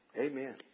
Amen